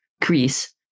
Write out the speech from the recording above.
crease